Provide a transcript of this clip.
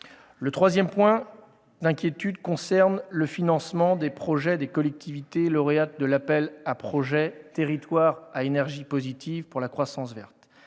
Le troisième point concerne le financement des projets des collectivités lauréates de l'appel à projets « territoires à énergie positive pour la croissance verte